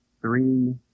three